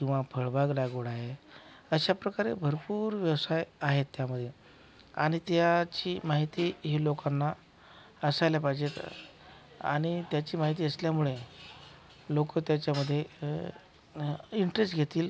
किंवा फळबाग लागवड आहे अशाप्रकारे भरपूर व्यवसाय आहे त्यामध्ये आणि त्याची माहिती ही लोकांना असायला पाहिजे आणि त्याची माहिती असल्यामुळे लोकं त्याच्यामधे इंटरेस्ट घेतील